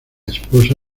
esposa